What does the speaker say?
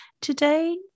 Today